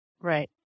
Right